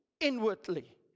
inwardly